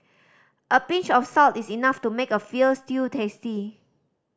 a pinch of salt is enough to make a feel stew tasty